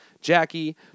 Jackie